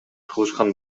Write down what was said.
кылышкан